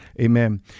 Amen